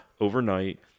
Overnight